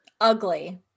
Ugly